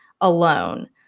alone